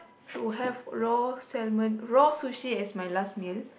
to have raw salmon saw sushi as my last meal